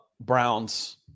Browns